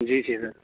جی جی سر